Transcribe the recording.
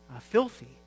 filthy